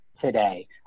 today